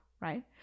right